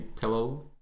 hello